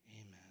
Amen